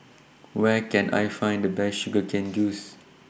Where Can I Find The Best Sugar Cane Juice